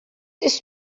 ist